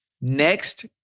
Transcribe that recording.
Next